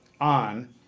on